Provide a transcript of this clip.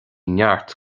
neart